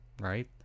right